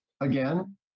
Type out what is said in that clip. again